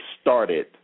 started